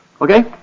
Okay